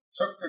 took